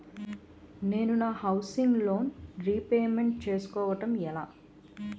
నేను నా housing loan repayment చేసుకోవటం ఎలా?